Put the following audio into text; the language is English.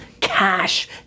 Cash